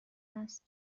است